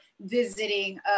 visiting